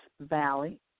Valley